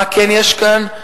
מה כן יש כאן?